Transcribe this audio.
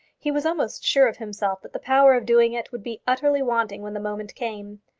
he was almost sure of himself that the power of doing it would be utterly wanting when the moment came.